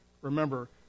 Remember